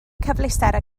cyfleusterau